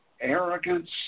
arrogance